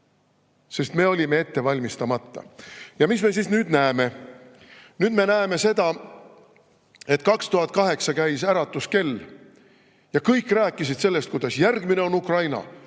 sest me olime ette valmistamata. Ja mis me siis nüüd näeme? Nüüd me näeme seda, et 2008 käis äratuskell ja kõik rääkisid sellest, et järgmine on Ukraina.